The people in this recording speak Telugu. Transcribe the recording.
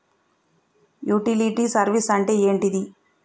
యుటిలిటీ సర్వీస్ అంటే ఏంటిది?